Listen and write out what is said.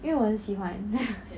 因为我很喜欢